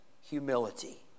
humility